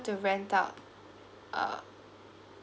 to rent out uh